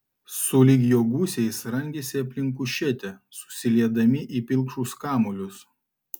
sulig jo gūsiais rangėsi aplink kušetę susiliedami į pilkšvus kamuolius